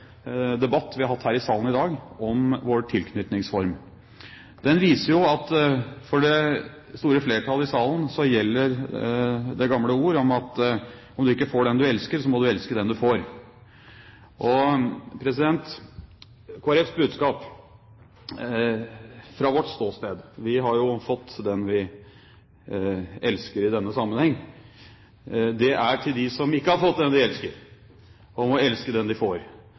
debatt vi har hatt her i salen i dag om vår tilknytningsform. Den viser jo at for det store flertall i salen gjelder det gamle ord om at når du ikke får den du elsker, må du elske den du får. Kristelig Folkeparti har fått den vi elsker, i denne sammenheng. Fra vårt ståsted er budskapet til dem som ikke har fått den de elsker, å elske den de får